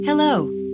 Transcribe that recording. Hello